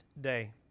day